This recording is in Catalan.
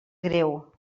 greu